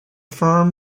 firm